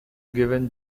given